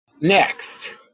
Next